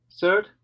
Third